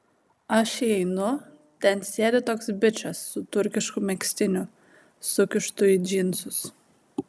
aš įeinu ten sėdi toks bičas su turkišku megztiniu sukištu į džinsus